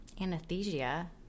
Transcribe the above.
Anesthesia